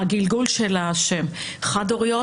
הגלגול של השם היה כך שבהתחלה זה היה "חד-הוריות",